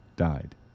died